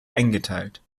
eingeteilt